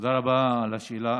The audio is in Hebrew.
תודה רבה על השאלה.